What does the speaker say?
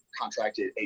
contracted